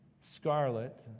scarlet